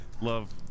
love